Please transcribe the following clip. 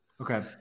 Okay